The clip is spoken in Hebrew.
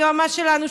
היועץ המשפטי שלנו,